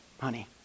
Honey